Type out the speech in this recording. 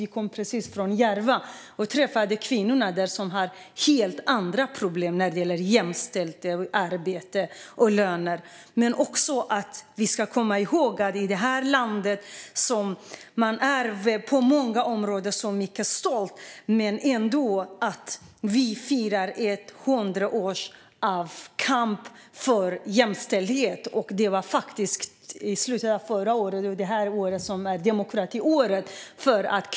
Jag kommer precis från Järva, där jag träffade kvinnor som har helt andra problem när det gäller jämställt arbete och jämställda löner. Men vi ska komma ihåg att vi i det här landet, där vi kan vara mycket stolta på många områden, firar 100 år av kamp för jämställdhet. Det var faktiskt i slutet av förra året som firandet av demokratin började.